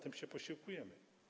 Tym się posiłkujemy.